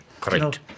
Correct